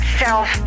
self